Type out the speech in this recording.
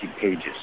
pages